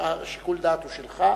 שיקול הדעת הוא שלך.